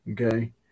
okay